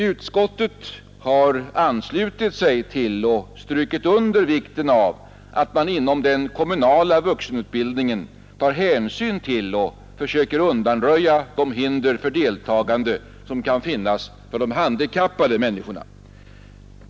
Utskottet har anslutit sig till och strukit under vikten av att man inom den kommunala vuxenutbildningen tar hänsyn till och försöker undanröja de hinder för deltagande som kan finnas för de handikappade människorna.